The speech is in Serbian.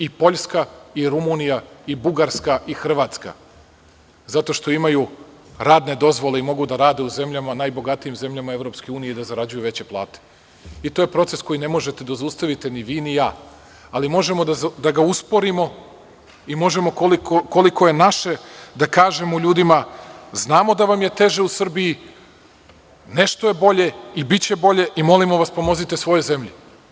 I Poljska i Rumunija i Bugarska i Hrvatska, zato što imaju radne dozvole i mogu da rade u najbogatijim zemljama EU i da zarađuju veće plate i to je proces koji ne možete da zaustavite ni vi, ni ja, ali možemo da ga usporimo i možemo koliko je naše da kažemo ljudima – znamo da vam je teže u Srbiji, nešto je bolje i biće bolje i molimo vas pomozite svojoj zemlji.